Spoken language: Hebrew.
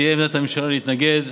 תהיה עמדת הממשלה להתנגד.